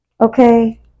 okay